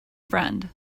friend